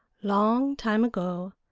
long time ago,